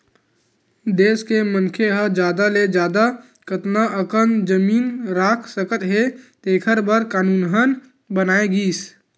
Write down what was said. देस के मनखे ह जादा ले जादा कतना अकन जमीन राख सकत हे तेखर बर कान्हून बनाए गिस